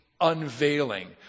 unveiling